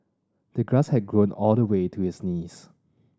the grass had grown all the way to his knees